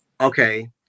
okay